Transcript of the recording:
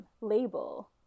label